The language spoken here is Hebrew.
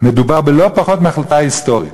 "מדובר בלא פחות מהחלטה היסטורית".